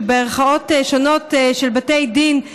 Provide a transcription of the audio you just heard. שבערכאות שונות של בתי דין הם נפסלו.